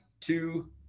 two